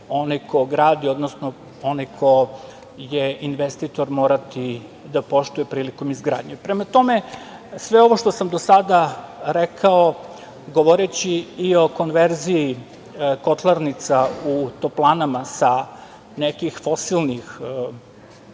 onaj ko gradi, odnosno onaj ko je investitor morati da poštuje prilikom izgradnje. Prema tome, sve ovo što sam do sada rekao govoreći i o konverziji kotlarnica u toplanama sa nekih fosilnih